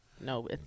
No